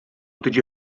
tiġi